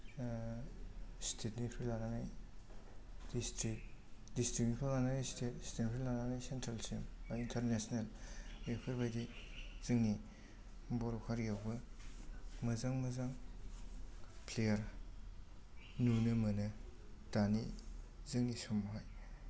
स्तेत निफ्राय लानानै district district निफ्राय लानानै स्तेत स्तेत निफ्राय लानानै सेन्ट्रेल सिम बा इन्टारनेसनेल बेफोरबायदि जोंनि बर' हारियावबो मोजां मोजां प्लेयार नुनो मोनो दानि जोंनि समावहाय